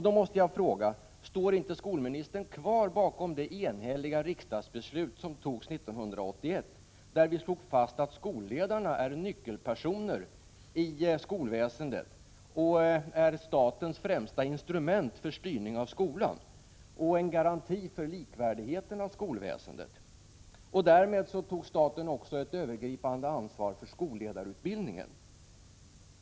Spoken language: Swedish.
Då måste jag fråga: Står inte skolministern kvar bakom det enhälliga riksdagsbeslut som fattades 1981, där vi slog fast att skolledarna är nyckelpersoner inom skolväsendet och är statens främsta instrument för styrning av skolan samt en garanti för likvärdigheten inom skolväsendet? I och med detta beslut tog ju staten ett övergripande ansvar för skolledarutbildningen.